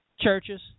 churches